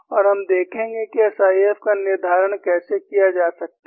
और हम देखेंगे कि एसआईएफ का निर्धारण कैसे किया जा सकता है